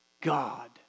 God